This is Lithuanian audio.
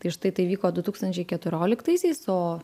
tai štai tai įvyko du tūkstančiai keturioliktaisiais o